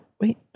wait